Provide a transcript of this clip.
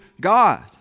God